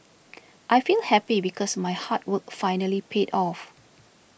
I feel happy because my hard work finally paid off